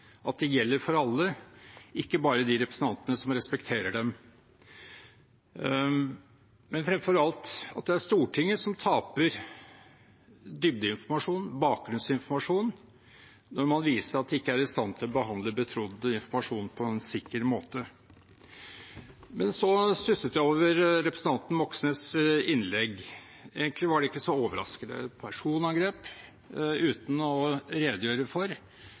at de gjelder for alle, ikke bare de representantene som respekterer dem, men fremfor alt at det er Stortinget som taper dybdeinformasjon/bakgrunnsinformasjon når man viser at det ikke er i stand til å behandle betrodd informasjon på en sikker måte. Jeg stusset over representanten Moxnes’ innlegg. Egentlig var det ikke så overraskende et personangrep uten å redegjøre for